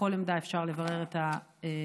בכל עמדה אפשר לברר את היתרה.